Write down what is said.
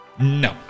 No